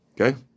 Okay